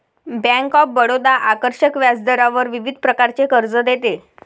bank of Baroda आकर्षक व्याजदरावर विविध प्रकारचे कर्ज देते